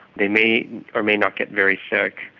they may or may not get very sick,